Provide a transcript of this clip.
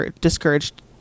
discouraged